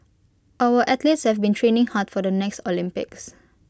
our athletes have been training hard for the next Olympics